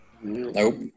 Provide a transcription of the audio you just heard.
Nope